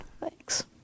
Thanks